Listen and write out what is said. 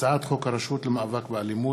הצעת חוק הרשות למאבק באלימות,